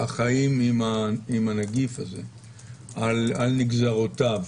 החיים עם הנגיף הזה על נגזרותיו.